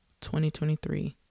2023